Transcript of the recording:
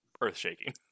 earth-shaking